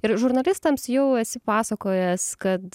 ir žurnalistams jau esi pasakojęs kad